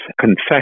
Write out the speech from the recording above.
confession